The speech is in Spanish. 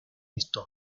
estos